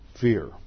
fear